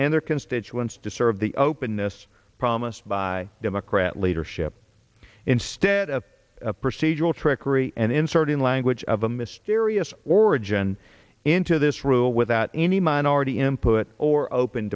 and their constituents disserve the openness promised by democrat leadership instead of procedural trickery and inserting language of a mysterious origin into this rule without any minority input or open